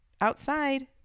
outside